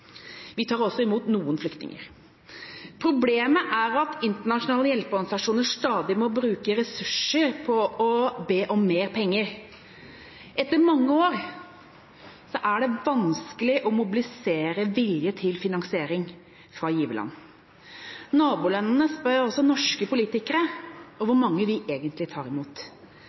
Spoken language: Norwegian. Vi tar også imot noen flyktninger. Problemet er at internasjonale hjelpeorganisasjoner stadig må bruke ressurser på å be om mer penger. Etter mange år er det vanskelig å mobilisere vilje til finansiering fra giverland. Nabolandene spør også norske politikere